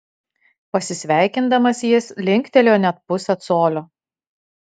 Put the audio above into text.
pasisveikindamas jis linktelėjo net pusę colio